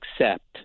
accept